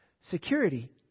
security